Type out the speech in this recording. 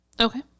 Okay